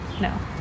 no